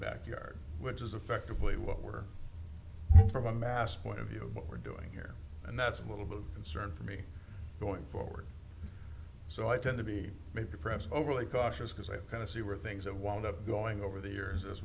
backyard which is effectively what we're from a mass point of view what we're doing here and that's a little bit of concern for me going forward so i tend to be maybe perhaps overly cautious because i kind of see where things have wound up going over the years as